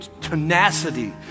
tenacity